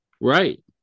right